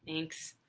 thanks.